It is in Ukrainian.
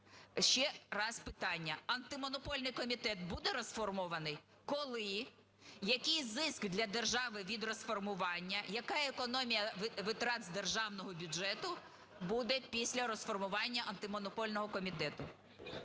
Ще раз питання: Антимонопольний комітет буде розформований? Коли? Який зиск для держави від розформування? Яка економія витрат з державного бюджету буде після розформування Антимонопольного комітету?